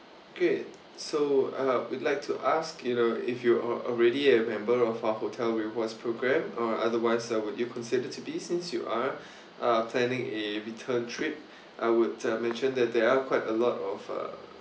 K so uh we'd like to ask you know if you're already a member of our hotel rewards program or otherwise uh would you consider to be since you are uh planning a return trip I would uh mention that there are quite a lot of uh